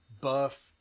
Buff